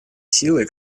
силы